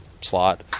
slot